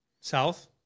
South